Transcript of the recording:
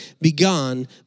begun